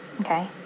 Okay